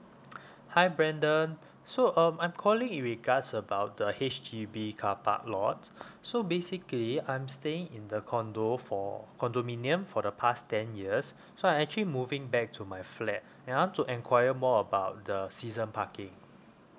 hi brandon so um I'm calling in regards about the H_D_B car park lot so basically I'm staying in the condo for condominium for the past ten years so I actually moving back to my flat and I want to enquire more about the season parking